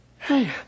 Hey